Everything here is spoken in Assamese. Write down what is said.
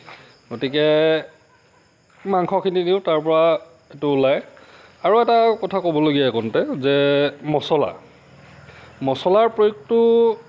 গতিকে মাংসখিনি দিওঁ তাৰ পৰা এইটো ওলাই আৰু এটা কথা ক'বলগীয়া এইকণতে যে মচলা মচলাৰ প্ৰয়োগটো